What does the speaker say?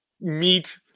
meat